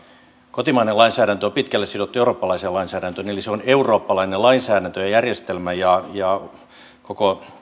kotimainen lainsäädäntö on pitkälle sidottu eurooppalaiseen lainsäädäntöön eli se on eurooppalainen lainsäädäntöjärjestelmä ja koko